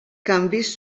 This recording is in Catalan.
canvis